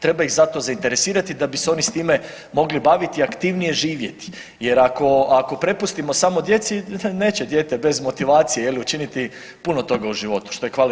Treba ih za to zainteresirati da bi se oni s time mogli baviti i aktivnije živjeti jer ako prepustimo samo djeci neće dijete bez motivacije je li učiniti puno toga u životu što je